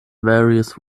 various